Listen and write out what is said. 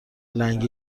لنگ